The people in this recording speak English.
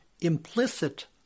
implicit